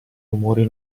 rumori